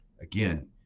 again